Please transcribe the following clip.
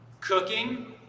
Cooking